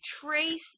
trace